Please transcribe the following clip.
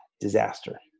disaster